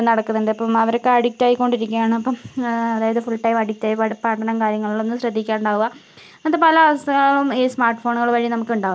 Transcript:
നടക്കുന്നുണ്ട് ഇപ്പോൾ അവരൊക്കെ അഡിക്റ്റായിക്കൊണ്ടിരിക്കുകയാണ് അപ്പോൾ അതായത് ഫുൾ ടൈം അഡിക്റ്റായി പഠനം കാര്യങ്ങളിലൊന്നും ശ്രദ്ധിക്കാണ്ടാവുക അങ്ങനത്തെ പല അവസ്ഥകളും ഈ സ്മാർട്ട് ഫോണുകൾ വഴി നമുക്ക് ഉണ്ടാവും